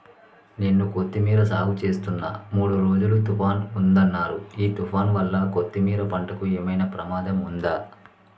నేను కొత్తిమీర సాగుచేస్తున్న మూడు రోజులు తుఫాన్ ఉందన్నరు ఈ తుఫాన్ వల్ల కొత్తిమీర పంటకు ఏమైనా ప్రమాదం ఉందా?